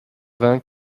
vint